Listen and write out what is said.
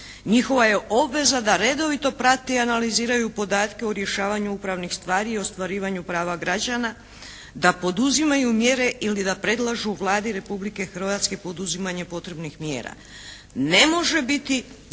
Njihova je obveza da redovito prate i analiziraju podatke o rješavanju upravnih stvari i ostvarivanju prava građana, da poduzimaju mjere ili da predlažu Vladi Republike Hrvatske poduzimanje potrebnih mjera. Ne može biti